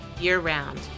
year-round